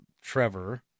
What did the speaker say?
Trevor